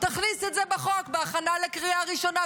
תכניס את זה בחוק בהכנה לקריאה ראשונה,